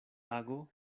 tago